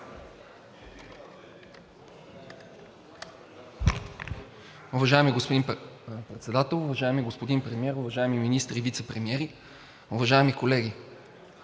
Уважаеми господин Председател, уважаеми господин Премиер, уважаеми министри и вицепремиери, уважаеми колеги!